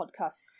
podcast